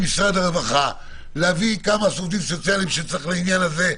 משרד הרווחה להביא כמה עובדים סוציאליים שצריך לעניין הזה,